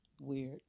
weird